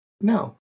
No